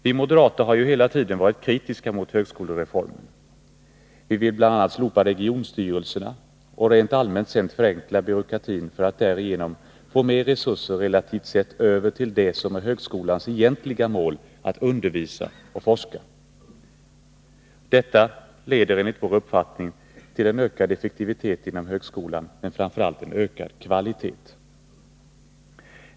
Vi moderater har ju hela tiden varit kritiska mot högskolereformen. Vi vill bl.a. slopa regionstyrelserna och rent allmänt sett förenkla byråkratin för att därigenom få relativt sett mer resurser över till det som är högskolans egentliga mål: att undervisa och forska. Detta leder enligt vår uppfattning till en ökad effektivitet inom högskolan, men framför allt till en ökad kvalitet.